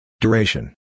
duration